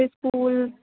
school